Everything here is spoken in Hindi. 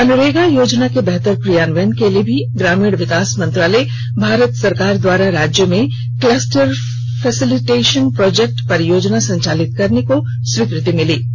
मनरेगा योजना के बेहतर क्रियान्वयन के लिए ग्रामीण विकास मंत्रालय भारत सरकार द्वारा राज्य में कलस्टर फैसिलिटेशन प्रोजेक्ट परियोजना संचालित करने की स्वीकृति दी गई